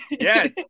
Yes